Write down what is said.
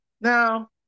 now